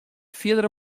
fierdere